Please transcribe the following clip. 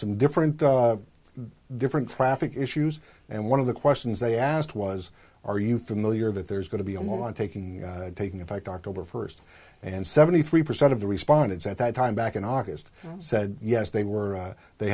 some different different traffic issues and one of the questions they asked was are you familiar that there's going to be a law on taking taking effect october first and seventy three percent of the respondents at that time back in august said yes they were they